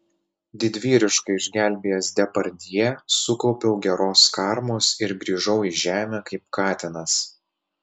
didvyriškai išgelbėjęs depardjė sukaupiau geros karmos ir grįžau į žemę kaip katinas